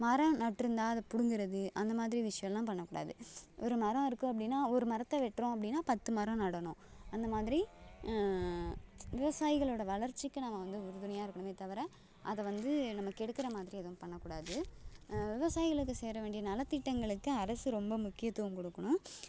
மரம் நட்டிருந்தா அதை பிடுங்குறது அந்த மாதிரி விஷயமெலாம் பண்ணக்கூடாது ஒரு மரம் இருக்குது அப்படின்னா ஒரு மரத்தை வெட்டுறோம் அப்படின்னா பத்து மரம் நடணும் அந்த மாதிரி விவசாயிகளோடய வளர்ச்சிக்கு நம்ம வந்து உறுதுணையாக இருக்கணுமே தவிர அதை வந்து நம்ம கெடுக்கிற மாதிரி எதுவும் பண்ணக்கூடாது விவசாயிகளுக்கு சேர வேண்டிய நலத்திட்டங்களுக்கு அரசு ரொம்ப முக்கியத்துவம் கொடுக்கணும்